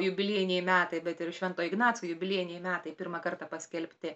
jubiliejiniai metai bet ir švento ignaco jubiliejiniai metai pirmą kartą paskelbti